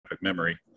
memory